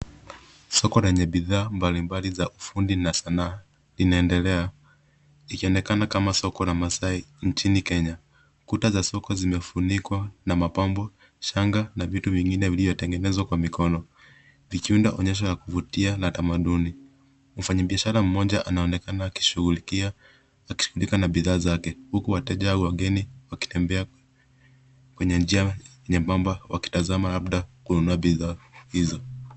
Soko lenye bidhaa na vifaa mbalimbali vya ufundi na sanaa inaendelea ikionekana kama soko la maasai nchini kenya. Kuta za soko kimefunikwa na mapambo shanga na vitu vingine vilivyotengenezwa kwa mikono vikiunda onyesho la kuvutia na tamaduni. Mfanya biashara moja anaonekana akishughulika na bidhaa zake huku wateja wakitembea kwenye njia nyembamba wakitazama labda kununua bidhaa hizo.